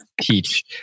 teach